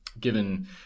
Given